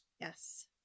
Yes